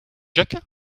jacquat